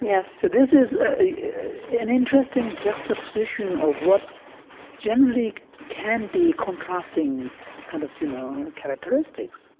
yes so this is an interesting juxtaposition of what generally can be contrasting kind of, you know, characteristics.